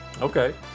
Okay